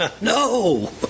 No